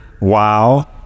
wow